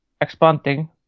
expanding